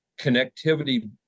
connectivity